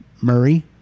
Murray